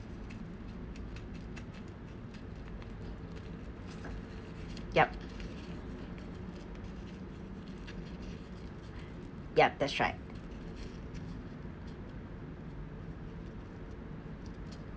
yup yup that's right